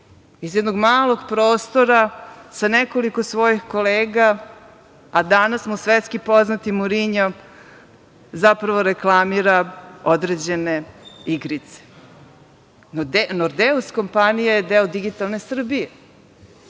iz jednog malog prostora sa nekoliko svojih kolega, a danas mu svetski poznati Murinjo zapravo reklamira određene igrice. „Nordeus“ kompanija je deo digitalne Srbije